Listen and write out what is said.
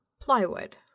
plywood